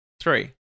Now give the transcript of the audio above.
Three